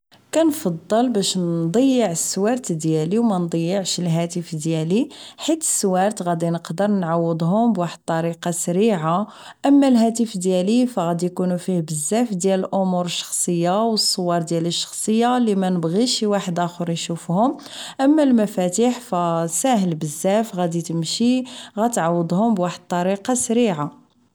تنفضل باش نضيع السوارت ديالي و ما نضيعش الهاتف ديالي حيت السوارت غادي نقدر نعوضهم بواحد الطريقة سريعة اما الهاتف ديالي غادي يكونو فيه بزاف ديال الامور الشخصية و الصور ديالي الشخصية ليمنبغيش شي واحد اخور اشوفهم اما المفاتح سهلة بزاف غادي تمشي غتعوضهم بطريقة سريعة